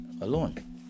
alone